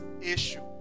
issue